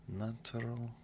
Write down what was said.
natural